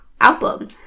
album